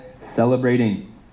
celebrating